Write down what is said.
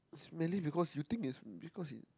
is mainly because you think is because he